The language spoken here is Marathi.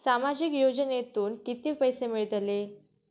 सामाजिक योजनेतून किती पैसे मिळतले?